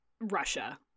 Russia